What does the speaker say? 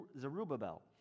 Zerubbabel